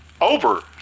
over